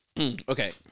Okay